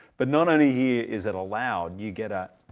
but not only here is it allowed, you get a,